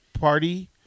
party